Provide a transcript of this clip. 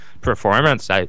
performance